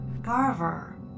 Garver